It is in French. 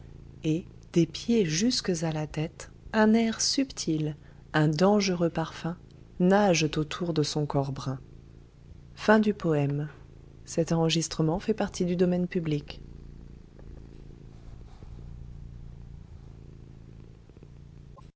et des pieds jusques à la tête un air subtil un dangereux parfum nagent autour de son corps brun